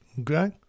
okay